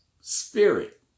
Spirit